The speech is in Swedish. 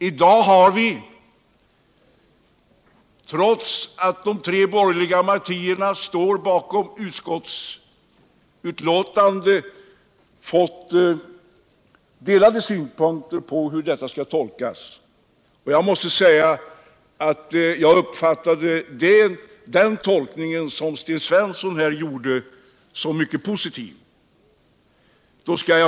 I dag har vi, trots att de tre borgerliga partierna står bakom utskottets betänkande, delade meningar om hur detta skall tolkas. Jag måste påpeka att jag uppfattade Sten Svenssons tolkning här som mycket positiv.